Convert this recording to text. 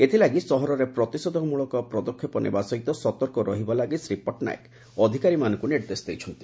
ଏଥିଲାଗି ସହରରେ ପ୍ରତିଷେଧକମ୍ବଳକ ପଦକ୍ଷେପ ନେବା ସହିତ ସତର୍କ ରହିବା ଲାଗି ଶ୍ରୀ ପଟ୍ଟନାୟକ ଅଧିକାରୀମାନଙ୍କୁ ନିର୍ଦ୍ଦେଶ ଦେଇଛନ୍ତି